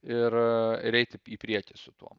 ir ir eiti į priekį su tuom